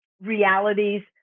realities